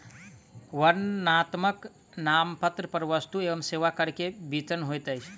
वर्णनात्मक नामपत्र पर वस्तु एवं सेवा कर के विवरण होइत अछि